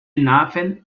nothing